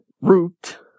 Root